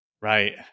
Right